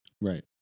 Right